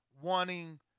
wanting